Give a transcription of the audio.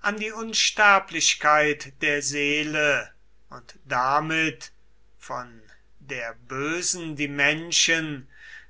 an die unsterblichkeit der seele und damit von der bösen die menschen